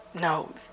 No